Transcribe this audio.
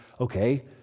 okay